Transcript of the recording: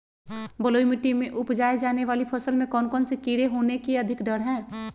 बलुई मिट्टी में उपजाय जाने वाली फसल में कौन कौन से कीड़े होने के अधिक डर हैं?